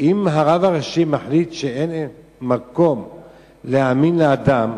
אם הרב הראשי מחליט שאין מקום להאמין לאדם,